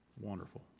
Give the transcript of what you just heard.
Wonderful